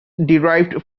derived